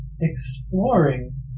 exploring